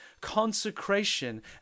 consecration